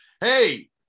hey